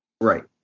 Right